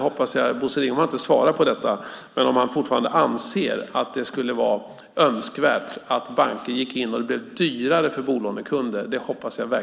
Bosse Ringholm har inte svarat på detta, men jag hoppas verkligen inte att hans mening är att det skulle vara önskvärt att banker gick in och det blev dyrare för bolånekunder.